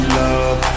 love